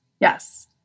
yes